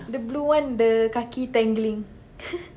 the blue one the kaki tangling